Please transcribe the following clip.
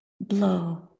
blow